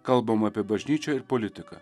kalbam apie bažnyčią ir politiką